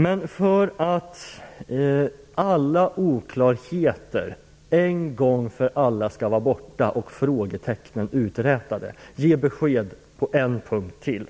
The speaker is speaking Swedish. Men för att alla oklarheter en gång för alla skall vara borta och frågetecknen uträtade - ge besked på en punkt till!